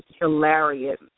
hilarious